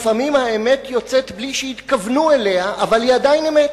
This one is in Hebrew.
לפעמים האמת יוצאת בלי שהתכוונו אליה אבל היא עדיין אמת.